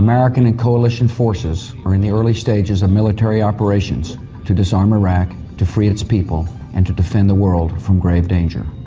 american and coalition forces are in the early stages of military operations to disarm iraq, to free its people and to defend the world from grave danger.